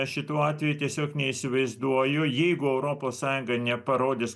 šituo atveju tiesiog neįsivaizduoju jeigu europos sąjunga neparodys